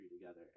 together